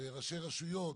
ראשי רשויות